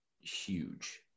huge